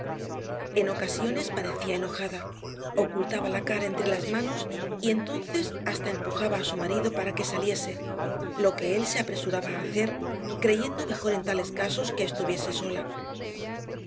en ocasiones parecía enojada ocultaba la cara entre las manos y entonces hasta empujaba a su marido para que saliese lo que él se apresuraba a hacer creyendo mejor en tales casos que estuviese sola